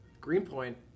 Greenpoint